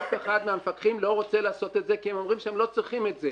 אף אחד מהמפקחים לא רוצה לעשות את זה כי הם אומרים שהם לא צריכים את זה.